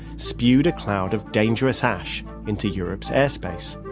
spewed a cloud of dangerous ash into europe's airspace